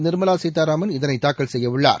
நிர்மலா சீதாராமன் இதனை தாக்கல் செய்யவுள்ளார்